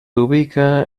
ubica